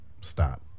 stop